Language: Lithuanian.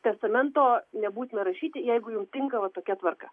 testamento nebūtina rašyti jeigu jum tinkama va tokia tvarka